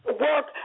work